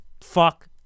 fuck